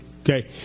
okay